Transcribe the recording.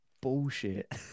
bullshit